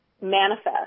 manifest